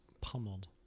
pummeled